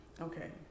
Okay